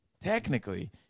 technically